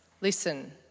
Listen